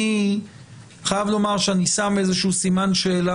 אני חייב לומר שאני שם איזה שהוא סימן שאלה